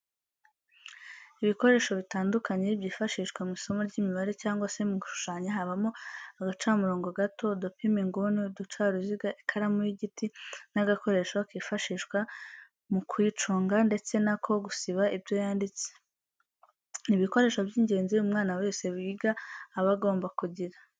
Ibikoresho bitandukanye byifashishwa mu isomo ry'imibare cyangwa se mu gushushanya habamo agacamurongo gato, udupima inguni, uducaruziga, ikaramu y'igiti n'agakoresho kifashishwa mu kuyiconga ndetse n'ako gusiba ibyo yanditse. Ni ibikoresho by'ingenzi umwana wese wiga aba agomba kugira.